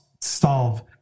solve